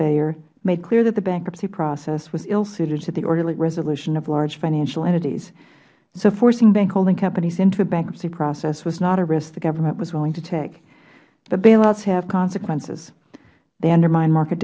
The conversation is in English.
failure made clear that the bankruptcy process was ill suited to the orderly resolution of large financial entities forcing bank holding companies into a bankruptcy process was not a risk the government was willing to take the bailouts have consequences they undermine market